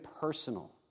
personal